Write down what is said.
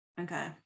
Okay